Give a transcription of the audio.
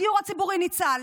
הדיור הציבורי ניצל.